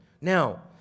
Now